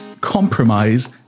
compromise